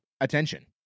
attention